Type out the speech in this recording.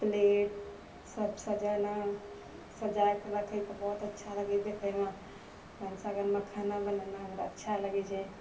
plate सब सजाना सजाकऽ रखैके बाद बहुत अच्छा लागै छै देखैमे भनसाघरमे हमरा खाना बनेनाइ अच्छा लागै छै